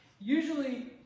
Usually